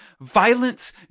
violence